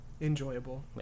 Enjoyable